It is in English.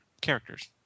characters